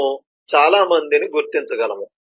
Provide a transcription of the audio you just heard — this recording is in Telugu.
మేము చాలా మందిని గుర్తించగలము